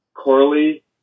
Corley